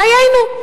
דיינו.